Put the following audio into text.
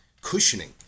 cushioning